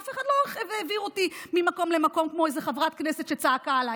אף אחד לא העביר אותי ממקום למקום כמו איזו חברת כנסת שצעקה עליי,